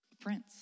prince